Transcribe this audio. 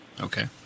Okay